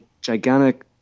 gigantic